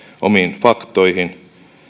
omiin faktoihin